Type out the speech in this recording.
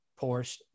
Porsche